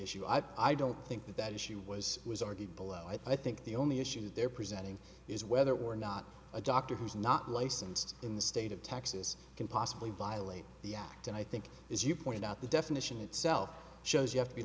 issue i don't think that that issue was was argued below i think the only issue they're presenting is whether or not a doctor who is not licensed in the state of texas can possibly violate the act and i think as you point out the definition itself shows you have to be